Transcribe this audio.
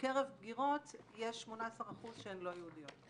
בקרב בגירות יש 18% שהן לא יהודיות.